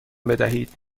بدهید